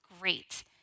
great